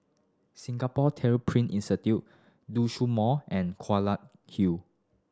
Singapore Tyler Print Institute Mall and Hill